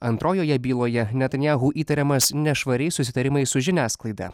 antrojoje byloje netanijahu įtariamas nešvariais susitarimais su žiniasklaida